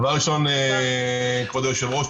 דבר ראשון כבוד היושב-ראש,